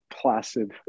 placid